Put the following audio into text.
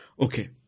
Okay